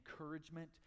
encouragement